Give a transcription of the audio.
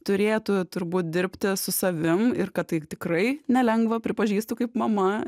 turėtų turbūt dirbti su savim ir kad tai tikrai nelengva pripažįstu kaip mama